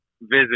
visit